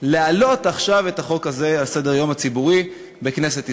להעלות עכשיו את החוק הזה על סדר-היום הציבורי בכנסת ישראל?